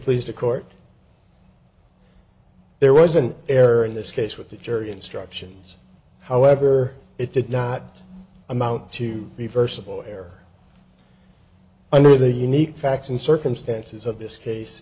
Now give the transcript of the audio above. pleased the court there was an error in this case with the jury instructions however it did not amount to the first of all there under the unique facts and circumstances of this case